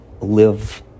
live